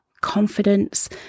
confidence